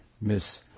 miss